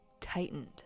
tightened